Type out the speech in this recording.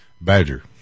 Badger